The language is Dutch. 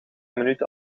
minuten